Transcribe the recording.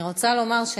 בבקשה.